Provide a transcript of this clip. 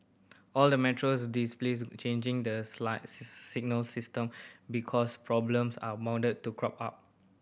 all the metros displace changing the signalling system because problems are bound to crop up